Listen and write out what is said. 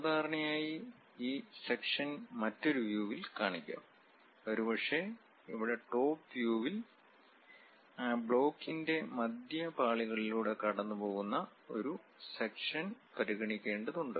സാധാരണയായി ഈ സെക്ഷൻ മറ്റൊരു വ്യൂവിൽ കാണിക്കാം ഒരുപക്ഷേ ഇവിടെ ടോപ് വ്യൂ വിൽ ആ ബ്ലോക്കിന്റെ മധ്യ പാളികളിലൂടെ കടന്നുപോകുന്ന ഒരു സെക്ഷൻ പരിഗണിക്കേണ്ടതുണ്ട്